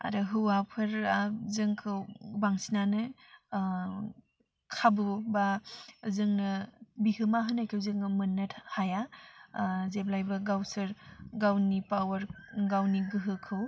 आरो हौवाफोरा जोंखौ बांसिनानो खाबु बा जोंनो बिहोमा होनायखौ जोङो मोननो था हाया जेब्लायबो गावसोर गावनि पावार गावनि गोहोखौ